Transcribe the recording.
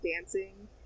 dancing